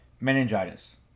Meningitis